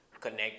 connect